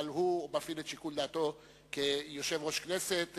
אבל הוא מפעיל את שיקול דעתו כיושב-ראש הכנסת,